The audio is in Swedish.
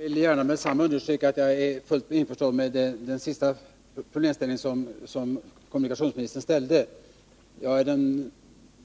Herr talman! Jag är fullt införstådd med att problemen är stora, och jag är den